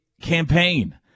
campaign